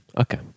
Okay